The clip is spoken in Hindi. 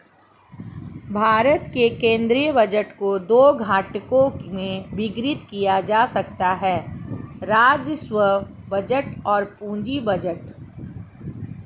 भारत के केंद्रीय बजट को दो घटकों में वर्गीकृत किया जा सकता है राजस्व बजट और पूंजी बजट